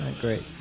Great